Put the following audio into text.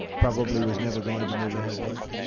probably was never going to move ahead with.